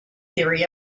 theory